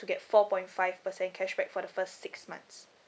get four point five percent cashback for the first six months